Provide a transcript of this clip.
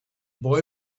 boy